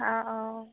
অঁ অঁ